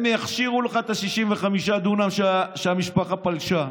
הם יכשירו לך את 65 הדונם שהמשפחה פלשה אליהם.